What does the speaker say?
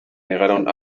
negaron